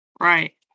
right